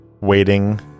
waiting